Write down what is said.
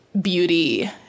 beauty